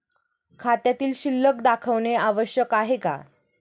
खात्यातील शिल्लक दाखवणे आवश्यक आहे का?